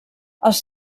els